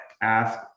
ask